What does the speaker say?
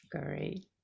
Great